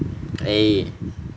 eh